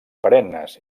perennes